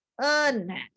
unmatched